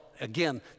again